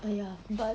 err ya but